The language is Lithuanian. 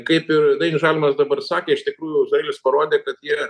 kaip ir dainius žalimas dabar sakė iš tikrųjų izraelis parodė kad yra